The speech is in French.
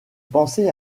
pensé